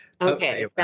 Okay